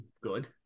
good